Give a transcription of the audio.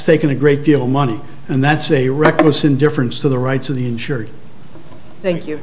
taken a great deal of money and that's a reckless indifference to the rights of the insured thank you